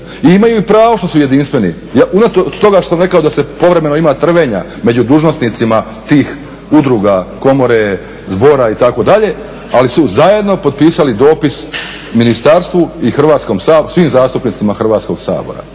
imaju i pravo što su jedinstveni. Unatoč toga što sam rekao da se povremeno ima trvenja među dužnosnicima tih udruga, komore, zbora itd. ali su zajedno potpisali dopis ministarstvo i svim zastupnicima Hrvatskog sabora.